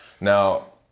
Now